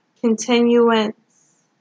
continuance